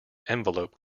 envelope